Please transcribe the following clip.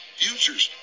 futures